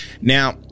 Now